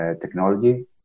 technology